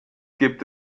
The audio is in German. gibt